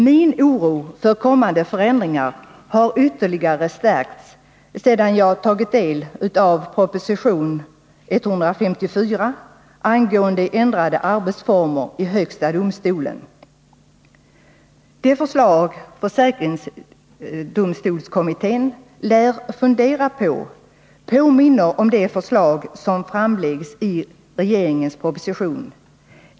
Den oro jag känner inför kommande förändringar har ytterligare förstärkts sedan jag tagit del av proposition 154 angående ändrade arbetsformer i högsta domstolen. De förslag som försäkringsdomstolskommittén lär fundera över påminner om de förslag som framläggs i regeringens proposition.